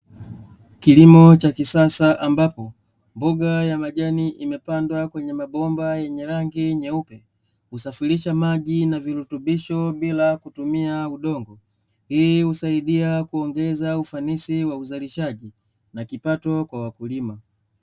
Kilimo cha kisasa ambapo mboga ya majani imepandwa kwenye mabomba yenye rangi nyeupe, husafirisha maji na virutubisho bila kutumia udongo. Hii husaidia kuongeza ufanisi wa uzalishaji, na kipato kwa wakulima.